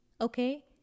okay